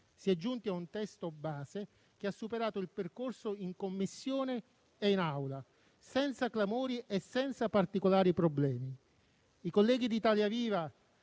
Si è giunti a un testo base che ha superato il percorso in Commissione e in Assemblea senza clamori e senza particolari problemi. I colleghi di Italia Viva